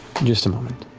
just a moment.